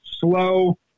slow